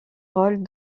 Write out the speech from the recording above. rôle